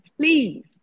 please